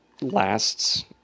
lasts